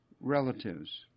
relatives